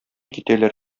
китәләр